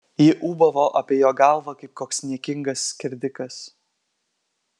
ji ūbavo apie jo galvą kaip koks niekingas skerdikas